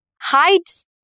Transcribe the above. heights